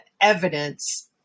evidence